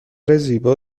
زیبا